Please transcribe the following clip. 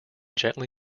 gently